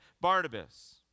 Barnabas